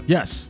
Yes